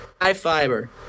high-fiber